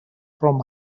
from